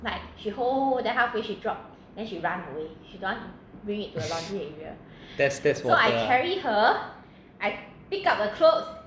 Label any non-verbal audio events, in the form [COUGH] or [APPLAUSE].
[LAUGHS] test test water ah